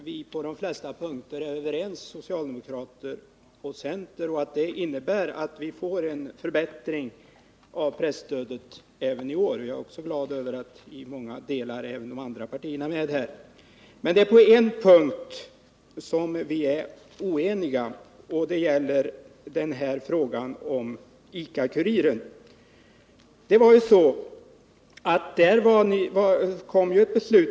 Herr talman! Jag noterar att socialdemokrater och centerpartister är överens på de flesta punkter och att det innebär att vi får en förbättring av presstödet även i år. Jag är också glad över att även de andra partierna är med på det till många delar. Men vi är oeniga med centern på en punkt, och det är i frågan om ICA-Kuriren.